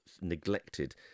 neglected